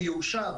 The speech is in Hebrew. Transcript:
הוא יאושר,